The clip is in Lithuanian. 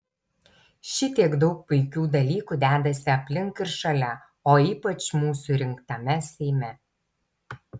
šitiek daug puikių dalykų dedasi aplink ir šalia o ypač mūsų rinktame seime